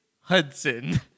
Hudson